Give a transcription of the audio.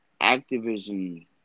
Activision